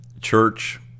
church